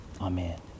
Amen